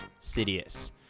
Sidious